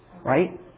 right